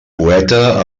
poeta